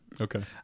Okay